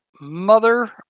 mother